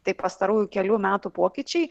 tai pastarųjų kelių metų pokyčiai